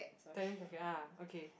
tennis racket ah okay